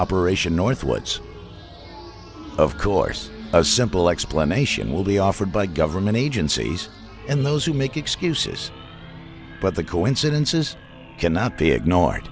operation northwoods of course a simple explanation will be offered by government agencies and those who make excuses but the coincidences cannot be ignored